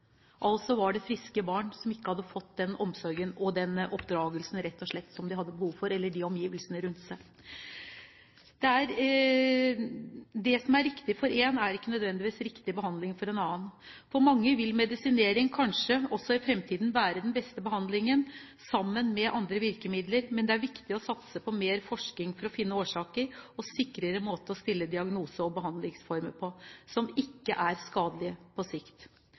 altså var det friske barn som rett og slett ikke hadde fått den omsorgen, den oppdragelsen eller de omgivelsene rundt seg som de hadde behov for. Det som er riktig behandling for én, er ikke nødvendigvis riktig behandling for en annen. For mange vil medisinering kanskje også i fremtiden være den beste behandlingen, sammen med andre virkemidler, men det er viktig å satse på mer forskning for å finne årsaker, sikrere måter å stille diagnose på og behandlingsformer som ikke er skadelige på sikt.